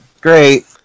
great